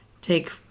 take